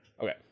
Okay